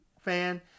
fan